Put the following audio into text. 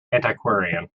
antiquarian